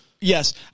Yes